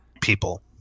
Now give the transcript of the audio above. people